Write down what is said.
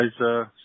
guys